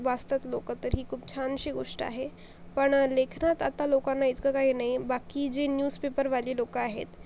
वाचतात लोकं तरी ही खूप छानशी गोष्ट आहे पण लेखनात आता लोकांना इतकं काही नाही बाकी जे न्यूज पेपरवाली लोकं आहेत